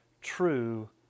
true